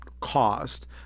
cost